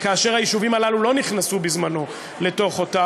כאשר היישובים הללו לא נכנסו בזמנו לתוך אותה,